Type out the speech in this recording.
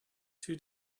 two